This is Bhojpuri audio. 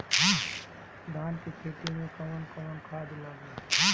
धान के खेती में कवन कवन खाद लागी?